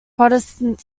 protestant